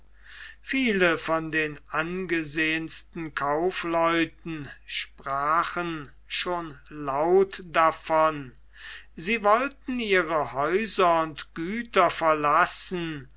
viele von den angesehensten kaufleuten sprachen schon laut davon sie wollen ihre häuser und güter verlasse